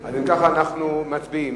אז אם ככה, אנחנו מצביעים.